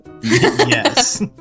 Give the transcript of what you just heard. Yes